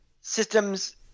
systems